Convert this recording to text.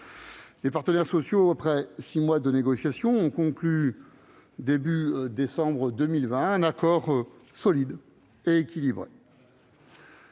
Les partenaires sociaux, après six mois de négociation, ont conclu un accord solide et équilibré